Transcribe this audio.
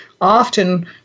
often